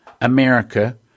America